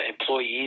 employees